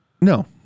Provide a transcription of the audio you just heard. no